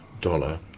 dollar